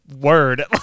word